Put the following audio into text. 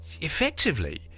effectively